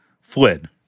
fled